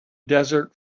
desert